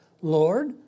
Lord